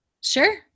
Sure